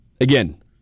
Again